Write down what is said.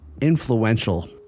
influential